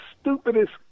stupidest